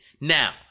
now